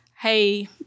hey—